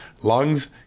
lungs